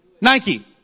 Nike